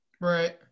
Right